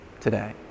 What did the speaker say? today